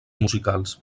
musicals